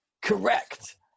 Correct